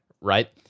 right